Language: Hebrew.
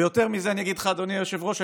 ויותר מזה אני אגיד לך, אדוני היושב-ראש.